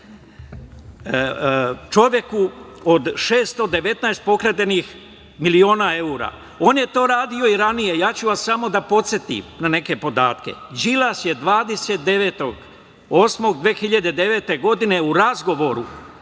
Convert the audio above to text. čoveku od 619 pokradenih miliona evra. On je to radio i ranije. Ja ću samo da vas podsetim na neke podatke. Đilas je 29.08.2009. godine, u razgovoru